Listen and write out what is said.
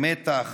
מתח,